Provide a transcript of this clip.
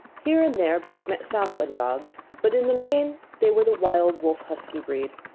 here and there buck met southland dogs, but in the main they were the wild wolf husky breed.